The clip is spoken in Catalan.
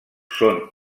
són